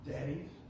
Daddies